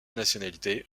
nationalité